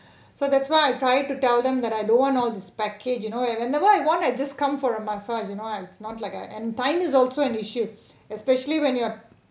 so that's why I try to tell them that I don't want all this package you know and whenever I want I just come for a massage you know ah it's not like a and time is also an issue especially when you're